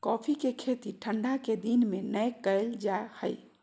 coffee के खेती ठंढा के दिन में नै कइल जा हइ